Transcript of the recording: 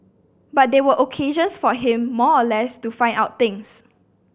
but they were occasions for him more or less to find out things